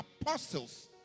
apostles